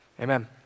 Amen